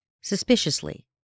suspiciously